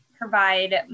provide